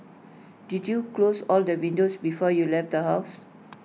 did you close all the windows before you left the house